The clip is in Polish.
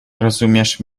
rozumiesz